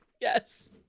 Yes